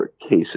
cases